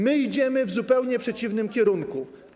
My idziemy w zupełnie przeciwnym kierunku.